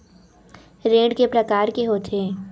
ऋण के प्रकार के होथे?